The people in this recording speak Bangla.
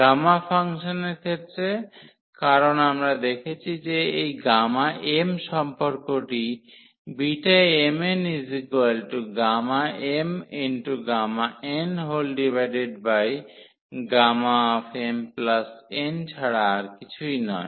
গামা ফাংশনের ক্ষেত্রে কারণ আমরা দেখেছি যে এই m সম্পর্কটি Bmnmnmn ছাড়া আর কিছুই নয়